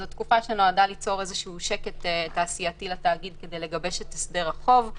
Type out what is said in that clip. זו תקופה שנועדה ליצור שקט תעשייתי לתאגיד כדי לגבש את הסדר החוב.